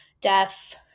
death